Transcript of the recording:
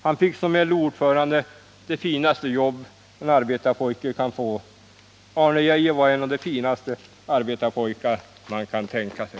Han fick som LO-ordförande det finaste jobb en arbetarpojke kan få. Arne Geijer var en av de finaste arbetarpojkar man kan tänka sig.